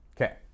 okay